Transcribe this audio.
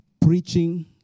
Preaching